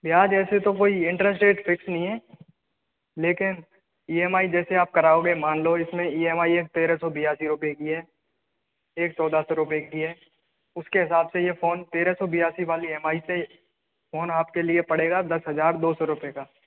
ब्याज ऐसे तो कोई इंटेरेस्ट रेट फिक्स नहीं है लेकिन ई एम आई जैसे आप कराओगे मान लो इसमे ई एम आई है तेरह सौ बयासी रुपए की है एक चौदह सौ रुपए की है उसके हिसाब से ये फोन तेरह सौ बयासी वाली ई एम आई से फोन आपके लिए पड़ेगा दस हजार दो सौ रुपए का